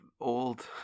old